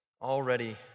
already